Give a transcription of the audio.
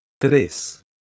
Tres